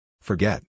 Forget